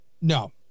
No